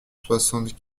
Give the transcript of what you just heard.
soixante